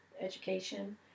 education